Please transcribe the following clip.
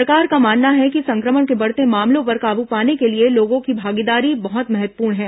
सरकार का मानना है कि संक्रमण के बढ़ते मामलों पर काबू पाने के लिए लोगों की भागीदारी बहुत महत्वपूर्ण है